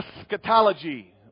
eschatology